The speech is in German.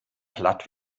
platt